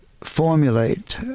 formulate